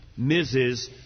Mrs